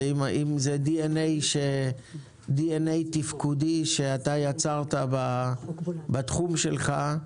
ואם זה DNA תפקודי שיצרת בתחום שלך,